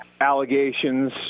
allegations